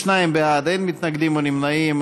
32 בעד, אין מתנגדים או נמנעים.